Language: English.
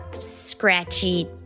scratchy